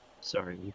Sorry